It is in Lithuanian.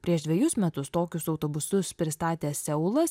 prieš dvejus metus tokius autobusus pristatė seulas